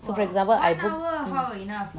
so for example I book